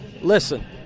listen